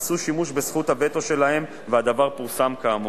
עשו שימוש בזכות הווטו שלהם והדבר פורסם כאמור.